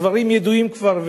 הדברים ידועים כבר.